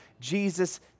Jesus